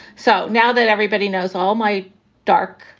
so now that everybody knows all my dark,